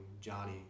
Johnny